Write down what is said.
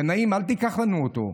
גנאים, אל תיקח לנו אותו.